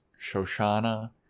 Shoshana